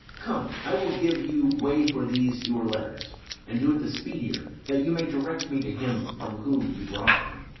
come, i will give you way for these your letters and do't the speedier, that you may direct me to him from whom you brought them.